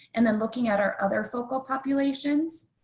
and then looking at our other focal populations.